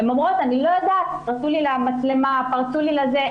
הן אומרות: פרצו לי למצלמה, פרצו לי לזה.